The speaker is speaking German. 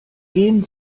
gehn